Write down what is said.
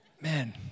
Man